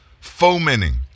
fomenting